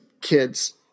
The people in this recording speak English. kids